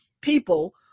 people